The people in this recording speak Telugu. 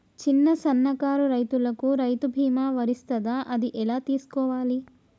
చిన్న సన్నకారు రైతులకు రైతు బీమా వర్తిస్తదా అది ఎలా తెలుసుకోవాలి?